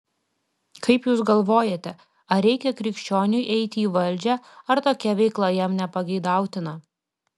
kaip jūs galvojate ar reikia krikščioniui eiti į valdžią ar tokia veikla jam nepageidautina